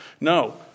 No